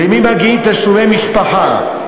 למי מגיעים תשלומי משפחה,